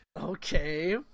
Okay